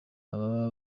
ababa